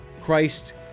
Christ